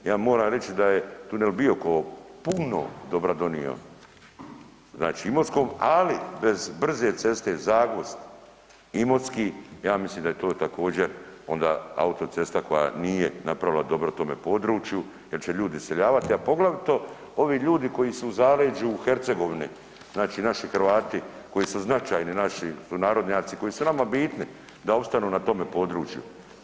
Ja moram reći da je tunel Biokovo puno dobra donio znači Imotskom, ali bez brze ceste Zagvozd-Imotski ja mislim da je to također onda autocesta koja nije napravila dobro tome području jer će ljudi iseljavati, a poglavito ovi ljudi koji su u zaleđu Hercegovine, znači naši Hrvati koji su značajni naši sunarodnjaci, koji su nama bitni da opstanu na tome području.